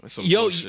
Yo